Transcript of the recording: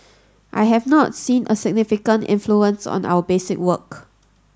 I have not seen a significant influence on our basic work